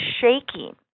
shaking